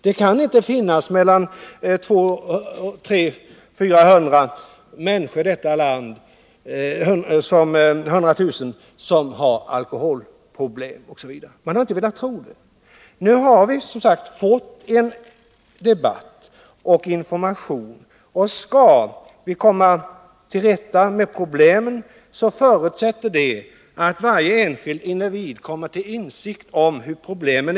Det kan inte finnas mellan 200 000 och 300 000 människor i detta land som har alkoholproblem. Man har inte velat tro det. Nu har vi som sagt fått en debatt. Och vi har fått bättre information. Om vi skall kunna komma till rätta med problemen måste varje enskild individ komma till insikt om dem.